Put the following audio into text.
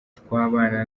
twabana